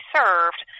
served